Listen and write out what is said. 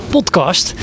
Podcast